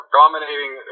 dominating